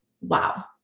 Wow